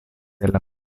della